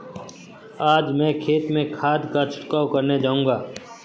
आज मैं खेत में खाद का छिड़काव करने जाऊंगा